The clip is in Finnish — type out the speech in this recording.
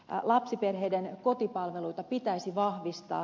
lapsiperheiden kotipalveluita pitäisi vahvistaa